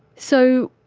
so.